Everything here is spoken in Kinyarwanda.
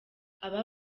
aba